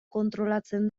kontrolatzen